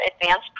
advanced